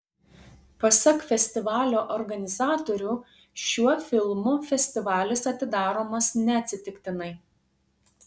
pasak festivalio organizatorių šiuo filmu festivalis atidaromas neatsitiktinai